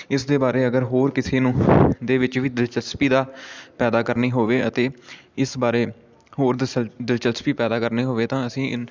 ਇਸ ਦੇ ਬਾਰੇ ਅਗਰ ਹੋਰ ਕਿਸੇ ਨੂੰ ਦੇ ਵਿੱਚ ਵੀ ਦਿਲਚਸਪੀ ਦਾ ਪੈਦਾ ਕਰਨੀ ਹੋਵੇ ਅਤੇ ਇਸ ਬਾਰੇ ਹੋਰ ਦਿਲਚਸਪੀ ਪੈਦਾ ਕਰਨੇ ਹੋਵੇ ਤਾਂ ਅਸੀਂ